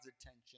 attention